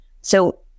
So-